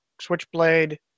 switchblade